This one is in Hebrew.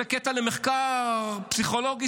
זה קטע למחקר פסיכולוגי,